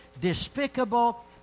despicable